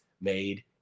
made